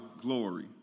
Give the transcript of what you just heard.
glory